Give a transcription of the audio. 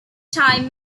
time